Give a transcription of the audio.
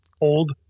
old